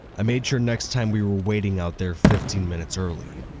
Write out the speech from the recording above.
i made sure next time we were waiting out there fifteen minutes early.